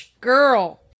girl